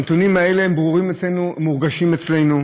הנתונים האלה ברורים אצלנו, מורגשים אצלנו,